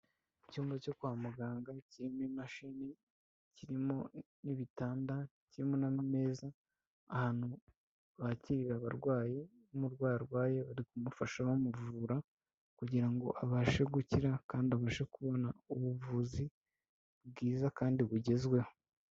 Icyumba cyo kwa muganga kirimo imashini, kirimo n'ibitanda, kirimo n'amameza, ahantu bakirira abarwayi, iyo umurwayi arwaye bari kumufasha bamuvura kugira ngo abashe gukira kandi abashe kubona ubuvuzi bwiza kandi bugezweho.